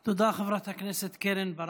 תודה, חברת הכנסת קרן ברק.